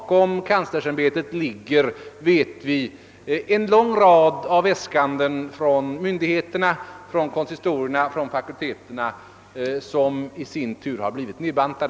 Kanslersämbetets förslag grundar sig som bekant på en lång rad av äskanden från myndigheterna, från konsistorierna, från fakulteterna, vilka förslag blivit nedbantade av kanslersämbetet.